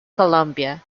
columbia